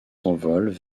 s’envolent